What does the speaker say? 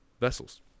vessels